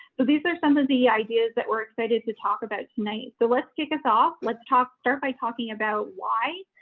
so these are some of the ideas that we're excited to talk about tonight. so let's kick us off. let's talk, start by talking about why,